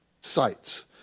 sites